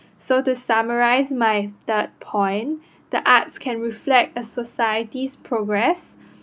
so to summarise my third point the arts can reflect a society's progress